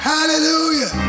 Hallelujah